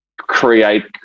create